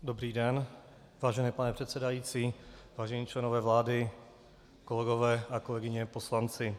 Dobrý den, vážený pane předsedající, vážení členové vlády, kolegyně a kolegové poslanci.